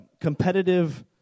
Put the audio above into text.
competitive